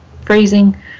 phrasing